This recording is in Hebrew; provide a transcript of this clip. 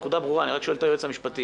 אני רק שואל את היועץ המשפטי.